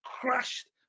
crashed